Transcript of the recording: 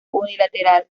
unilateral